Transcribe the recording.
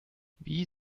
wie